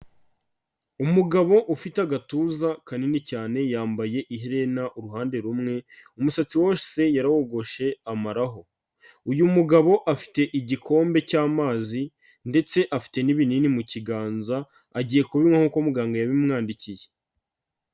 Umugabo ufite agatuza kanini cyane yambaye iherena uruhande rumwe umusatsi wose yarawogoshe amaraho, uyu mugabo afite igikombe cy'amazi ndetse afite n'ibinini mu kiganza agiye kubinywa nk'uko muganga yabimwandikiye.